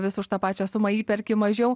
vis už tą pačią sumą įperki mažiau